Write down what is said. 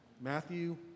Matthew